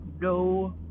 no